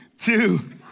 two